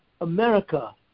America